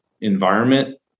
environment